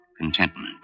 contentment